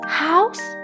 house